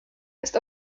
ist